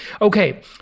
Okay